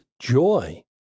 joy